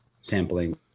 sampling